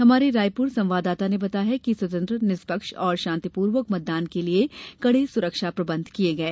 हमारे रायपुर संवाददाता ने बताया है कि स्वतंत्र निष्पक्ष और शांतिपूर्वक मतदान के लिए कड़े सुरक्षा प्रबंध किए गए